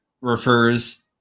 refers